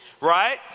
Right